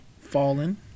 Fallen